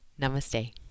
Namaste